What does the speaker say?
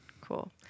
Cool